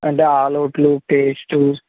అంటే ఆల్ అవుట్లు పేస్టు